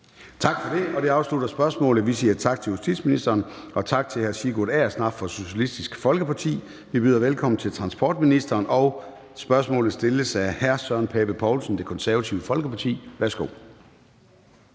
Tak for det. Det afslutter spørgsmålet. Vi siger tak til justitsministeren og tak til hr. Sigurd Agersnap fra Socialistisk Folkeparti. Vi byder velkommen til transportministeren, og spørgsmålet stilles af hr. Søren Pape Poulsen, Det Konservative Folkeparti. Kl.